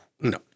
No